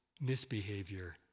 misbehavior